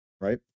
Right